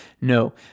No